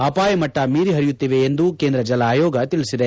ಅಪಾಯಮಟ್ನ ಮೀರಿ ಹರಿಯುತ್ತಿವೆ ಎಂದು ಕೇಂದ್ರ ಜಲ ಆಯೋಗ ತಿಳಿಸಿದೆ